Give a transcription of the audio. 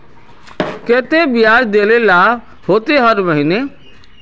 केते बियाज देल ला होते हर महीने?